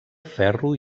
ferro